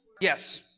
Yes